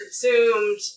consumed